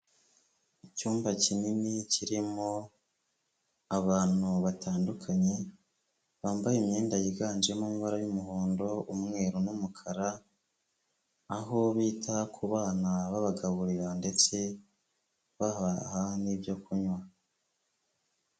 Icyumba kinini kirimo abantu batandukanye bambaye imyenda yiganjemo amabara y'umuhondo, umweru n'umukara, aho bita ku bana babagaburira ndetse babaha n'ibyo kunywa.